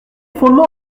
fondement